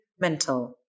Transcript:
mental